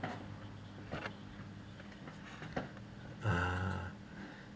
uh